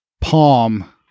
palm